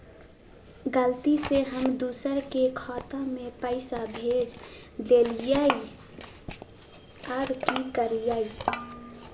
गलती से हम दुसर के खाता में पैसा भेज देलियेई, अब की करियई?